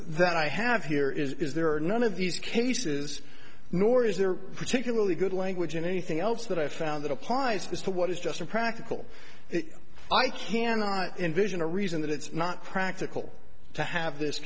that i have here is there are none of these cases nor is there particularly good language in anything else that i found that applies to what is just impractical i cannot envision a reason that it's not practical to have this